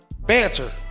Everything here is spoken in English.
Banter